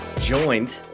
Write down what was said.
joined